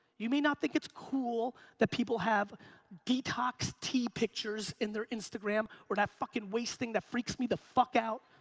you may not think it's cool that people have detox tea pictures in their instagram, or that fucking waist thing that freaks me the fuck out.